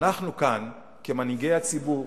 אנחנו כאן, כמנהיגי הציבור